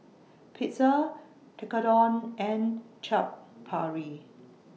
Pizza Tekkadon and Chaat Papri